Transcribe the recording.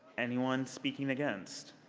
anyone speaking against?